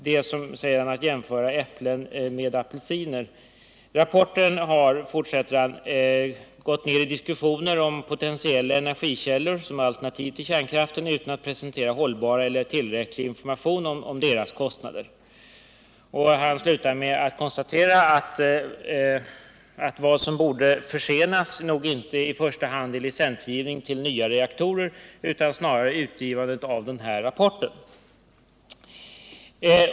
Det blir, säger han, som att jämföra äpplen med apelsiner. Rapporten har, fortsätter han, gått ned i diskussioner om potentiella energikällor som alternativ till kärnkraften utan att presentera hållbar eller tillräcklig information om deras kostnader. Han slutar med att konstatera att vad som borde försenas nog inte i första hand är licensgivningen till nya reaktorer utan snarare utgivandet av denna rapport.